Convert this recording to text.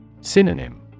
Synonym